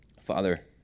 Father